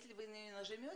אני מקווה שכולכם הבנתם.